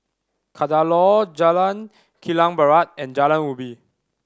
Kadaloor Jalan Kilang Barat and Jalan Ubi